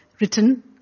written